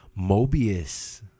Mobius